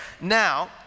Now